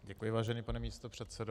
Děkuji, vážený pane místopředsedo.